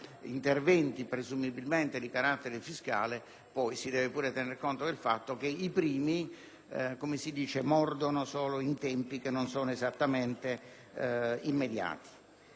spesa interventi presumibilmente di carattere fiscale poi si deve anche tenere conto del fatto che i primi mordono solo in tempi non esattamente immediati.